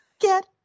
get